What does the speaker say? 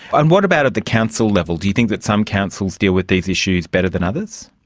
and what about at the council level, do you think that some councils deal with these issues better than others?